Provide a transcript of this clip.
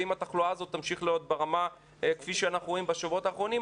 ואם התחלואה הזאת תמשיך להיות ברמה כפי שאנחנו רואים בשבועות האחרונים,